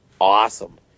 awesome